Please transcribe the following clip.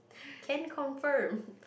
can confirm